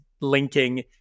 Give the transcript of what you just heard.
linking